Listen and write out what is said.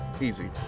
Easy